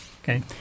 Okay